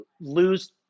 lose